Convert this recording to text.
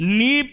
ni